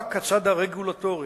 רק הצד הרגולטורי,